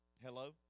Hello